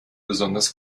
besonders